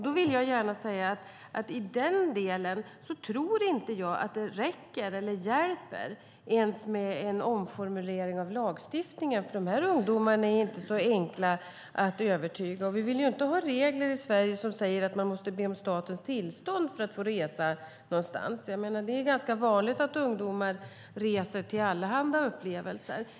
Då vill jag gärna säga att jag inte tror att det i den delen räcker eller hjälper ens med en omformulering av lagstiftningen - dessa ungdomar är inte så enkla att övertyga. Vi vill inte heller ha regler i Sverige som säger att man måste be om statens tillstånd för att få resa någonstans. Det är ganska vanligt att ungdomar reser till allehanda upplevelser.